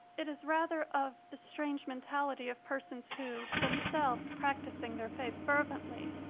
it is rather of the strange mentality of persons who, themselves practising their faith fervently,